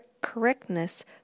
correctness